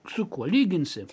su kuo lyginsi